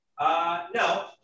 No